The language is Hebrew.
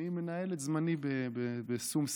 אני מנהל את זמני בשום שכל.